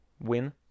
win